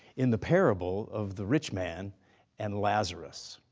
in the parable of the rich man and lazarus.